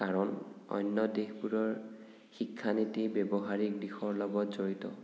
কাৰণ অন্য দেশবোৰৰ শিক্ষানীতি ব্যৱহাৰিক দিশৰ লগত জড়িত